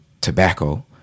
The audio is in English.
tobacco